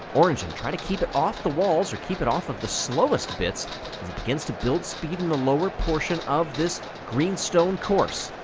orn trying to keep it off the walls, or keep it off of the slowest bits begins to build speed in the lower portion of this greenstone course.